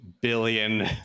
billion